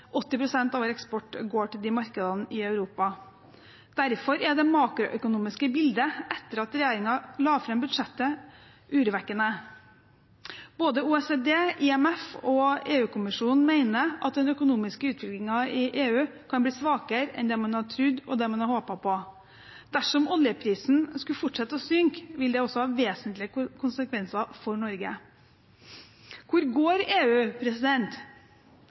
pst. av vår eksport går til markedene i Europa. Derfor er det makroøkonomiske bildet etter at regjeringen la fram budsjettet, urovekkende. Både OECD, IMF og EU-kommisjonen mener at den økonomiske utviklingen i EU kan bli svakere enn det man har trodd og håpet på. Dersom oljeprisen skulle fortsette å synke, vil det også ha vesentlig konsekvenser for Norge. Hvor går EU?